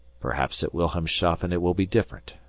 perhaps at wilhelmshafen it will be different,